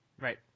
Right